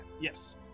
Yes